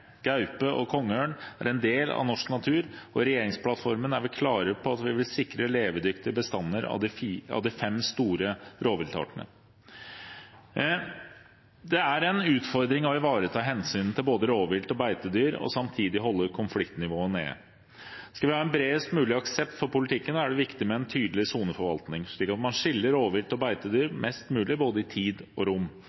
gaupe og kongeørn er en del av norsk natur, og i regjeringsplattformen er vi klare på at vi vil sikre levedyktige bestander av de fem store rovviltartene. Det er en utfordring å ivareta hensynet til både rovvilt og beitedyr og samtidig holde konfliktnivået nede. Skal vi ha en bredest mulig aksept for politikken, er det viktig med en tydelig soneforvaltning, slik at man skiller rovvilt og beitedyr